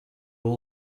all